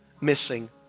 missing